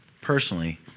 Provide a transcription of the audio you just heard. personally